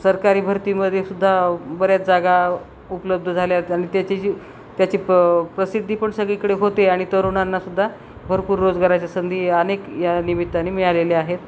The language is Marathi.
सरकारी भरतीमध्ये सुुद्धा बऱ्याच जागा उपलब्ध झाल्या आहेत आणि त्याची जी त्याची प प्रसिद्धी पण सगळीकडे होते आणि तरुणांनासुद्धा भरपूर रोजगाराच्या संधी अनेक या निमित्ताने मिळालेल्या आहेत